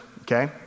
okay